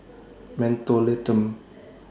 Mentholatum